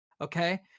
okay